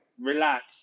Relax